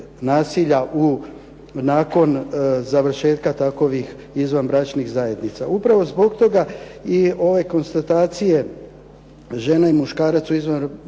nasilja nakon završetka takvih izvanbračnih zajednica. Upravo zbog toga i ove konstatacije žena i muškarac u izvanbračnoj zajednici